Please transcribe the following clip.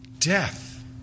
death